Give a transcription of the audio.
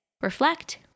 reflect